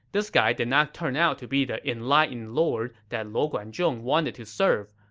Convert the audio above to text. this guy did not turn out to be the enlightened lord that luo guanzhong wanted to serve,